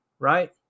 Right